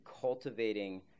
cultivating